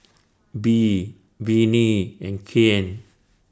Bee Vinnie and Kyan